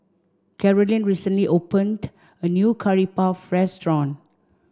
Carolyne recently opened a new Curry Puff restaurant